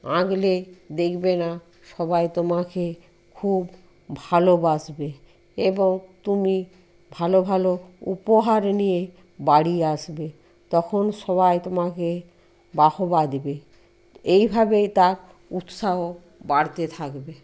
আঁকলে দেখবে না সবাই তোমাকে খুব ভালোবাসবে এবং তুমি ভালো ভালো উপহার নিয়ে বাড়ি আসবে তখন সবাই তোমাকে বাহবা দেবে এইভাবেই তার উৎসাহ বাড়তে থাকবে